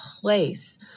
place